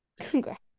congrats